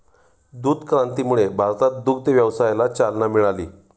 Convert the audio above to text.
दुग्ध क्रांतीमुळे भारतात दुग्ध व्यवसायाला चालना मिळाली